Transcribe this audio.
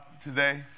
today